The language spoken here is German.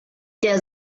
der